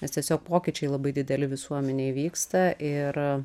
nes tiesiog pokyčiai labai dideli visuomenėj vyksta ir